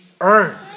earned